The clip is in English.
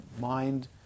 mind